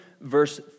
verse